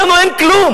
לנו אין כלום.